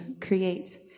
create